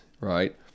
right